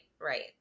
right